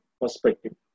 perspective